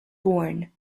born